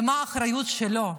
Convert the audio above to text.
במה האחריות שלו,